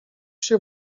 się